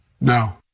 No